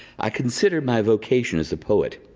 i consider my vocation as a poet.